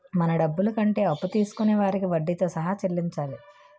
మన డబ్బులు కంటే అప్పు తీసుకొనే వారికి వడ్డీతో సహా చెల్లించాలి